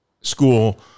school